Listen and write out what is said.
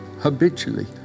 habitually